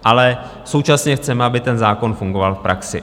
Ale současně chceme, aby ten zákon fungoval v praxi.